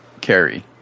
carry